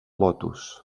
lotus